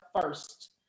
first